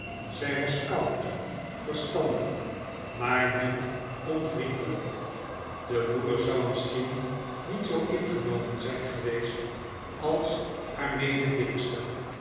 zij was koud verstandig maar niet onvriendelijk de moeder zou misschien niet zoo ingenomen zijn geweest als haar